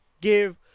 Give